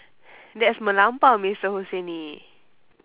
that's melampau mister husaini